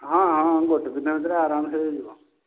ହଁ ହଁ ଗୋଟେ ଦିନ ଭିତରେ ଅରାମ୍ସେ ହୋଇଯିବ